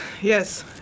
yes